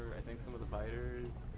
i think some of the fighters.